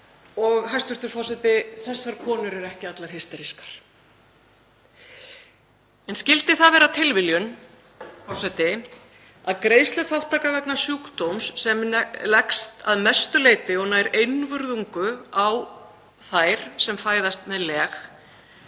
Hæstv. forseti. Þessar konur eru ekki allar hysterískar. En skyldi það vera tilviljun, forseti, að greiðsluþátttaka vegna sjúkdóms sem leggst að mestu leyti og nær einvörðungu á þær sem fæðast með leg